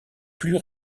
plus